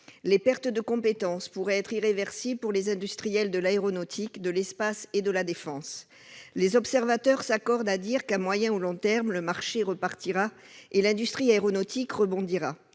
Les pertes de compétences pourraient être irréversibles pour les industriels de l'aéronautique, de l'espace et de la défense. Les observateurs s'accordent à dire qu'à moyen ou à long terme le marché repartira et que l'industrie aéronautique rebondira.